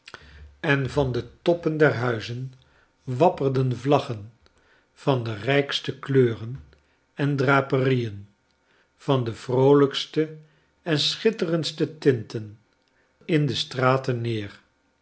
en van de toppen der huizen wapperden vlaggen van de rijkste kleuren en draperieen van de vroolijkste en sehitterendste tinten in de straten neer